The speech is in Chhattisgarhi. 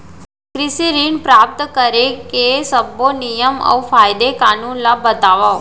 कृषि ऋण प्राप्त करेके सब्बो नियम अऊ कायदे कानून ला बतावव?